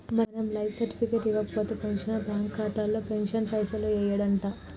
మనం life certificate ఇవ్వకపోతే pensioner bank ఖాతాలో పెన్షన్ పైసలు యెయ్యడంట